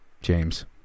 James